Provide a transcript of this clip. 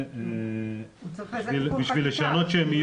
צריך לזה תיקון חקיקה.